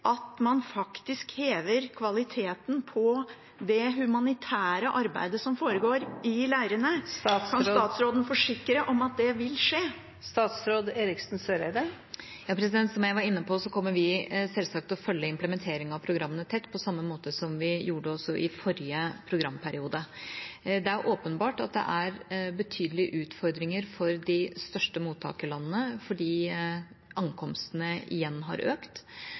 at man faktisk hever kvaliteten på det humanitære arbeidet som foregår i leirene. Kan statsråden forsikre om at det vil skje? Som jeg var inne på, kommer vi selvsagt til å følge implementeringen av programmene tett, på samme måte som vi gjorde også i forrige programperiode. Det er åpenbart at det er betydelige utfordringer for de største mottakerlandene, fordi ankomstene igjen har økt,